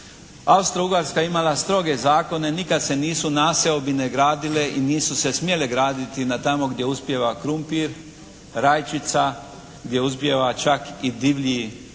Austro-Ugarska je imala stroge zakone, nikad se nisu naseobine gradile i nisu se smjele graditi na tamo gdje uspijeva krumpir, rajčica, gdje uspijeva čak i divlji